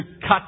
cut